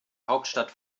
hauptstadt